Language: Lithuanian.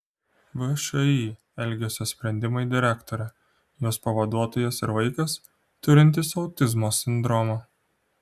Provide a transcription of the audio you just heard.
všį elgesio sprendimai direktorė jos pavaduotojas ir vaikas turintis autizmo sindromą